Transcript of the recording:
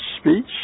speech